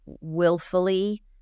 willfully